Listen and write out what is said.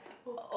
oh no